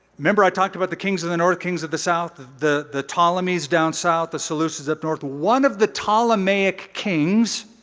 remember i talked about the kings of the north, kings of the south? the the ptolemies down south, the seleucids up north. one of the ptolemaic kings